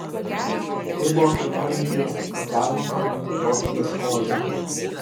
tai buvo pirmoji idėja kad galima padaryti tokį ieškojimą